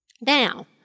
Now